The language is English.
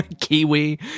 Kiwi